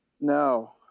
no